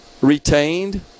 retained